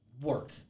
work